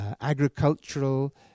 agricultural